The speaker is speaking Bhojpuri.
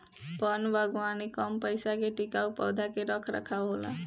वन बागवानी कम पइसा में टिकाऊ पौधा के रख रखाव होला